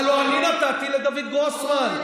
הלוא אני נתתי לדוד גרוסמן.